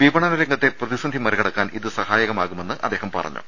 വിപണനരംഗത്തെ പ്രതിസന്ധി മറികടക്കാൻ ഇത് സഹായകമാവുമെന്ന് അദ്ദേഹം പറഞ്ഞു